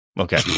Okay